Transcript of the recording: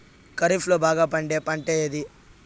ఖరీఫ్ లో బాగా పండే పంట ఏది?